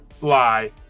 lie